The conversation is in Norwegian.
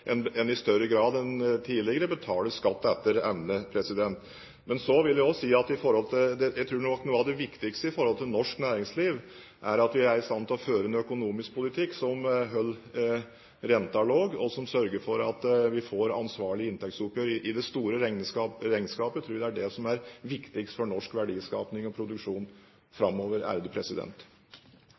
i større grad enn tidligere betaler skatt etter evne. Men jeg vil også si at jeg tror noe av det viktigste i forhold til norsk næringsliv er at vi er i stand til å føre en økonomisk politikk som holder renten lav, og som sørger for at vi får et ansvarlig inntektsoppgjør i det store regnskapet. Jeg tror det er det som er viktigst for norsk verdiskapning og produksjon framover.